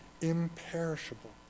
imperishable